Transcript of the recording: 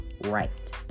right